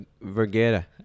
Vergara